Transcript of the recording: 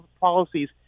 policies